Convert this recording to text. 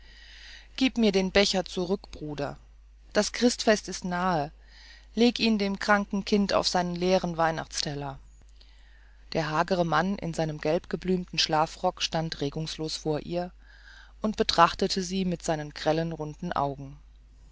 gib mir den becher zurück bruder das christfest ist nahe leg ihn dem kranken kind auf seinen leeren weihnachtsteller der hagere mann in seinem gelbgeblümten schlafrock stand regungslos vor ihr und betrachtete sie mit seinen grellen runden augen